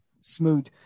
smooth